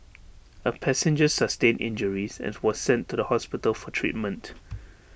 A passenger sustained injuries and was sent to the hospital for treatment